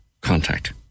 contact